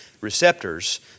receptors